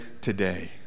today